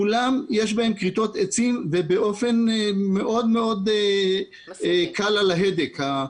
בכולן יש כריתות עצים ובאופן מאוד מאוד קל על ההדק.